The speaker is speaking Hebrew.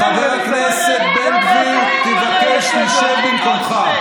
חבר הכנסת בן גביר, אני מבקש שתשב במקומך.